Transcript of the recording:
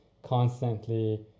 constantly